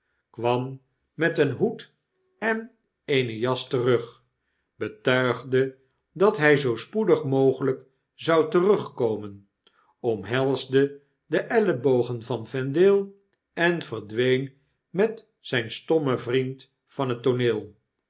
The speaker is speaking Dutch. kwam met een hoed en eene jas terug betuigde dat hy zoo spoedig mogelijk zou terugkomen omhelsde de ellebogen van vendale en verdween met zp stommen vriend van het tooneel